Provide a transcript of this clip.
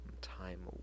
time